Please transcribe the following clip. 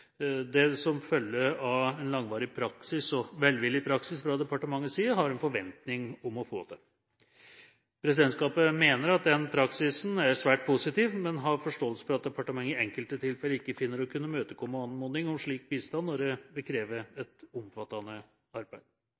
som følge av en langvarig og velvillig praksis fra departementets side, har en forventning om å få det. Presidentskapet mener at den praksisen er svært positiv, men har forståelse for at departementet i enkelte tilfeller ikke finner å kunne imøtekomme anmodning om slik bistand når det krever et omfattende arbeid.